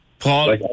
Paul